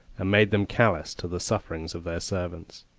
and made them callous to the sufferings of their servants.